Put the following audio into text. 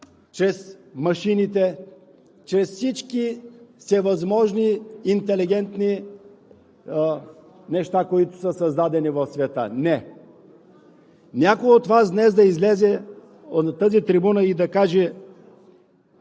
чрез машините, чрез всички всевъзможни интелигентни неща, които са създадени в света? Не! Някой от Вас днес да излезе от тази трибуна и да каже